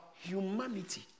humanity